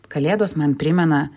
kalėdos man primena